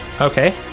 Okay